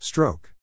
Stroke